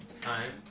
time